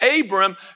Abram